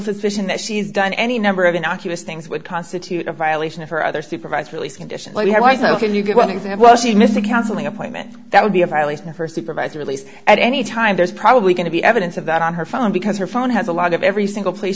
suspicion that she's done any number of innocuous things would constitute a violation of her other supervised release condition can you get one exam well she missed the counseling appointment that would be a violation of her supervisor at least at any time there's probably going to be evidence of that on her phone because her phone has a lot of every single place